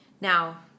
Now